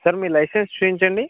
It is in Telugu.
సార్ మీ లైసెన్స్ చూపించండి